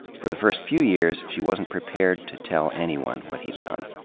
for the first few years, she wasn't prepared to tell anyone what he'd done.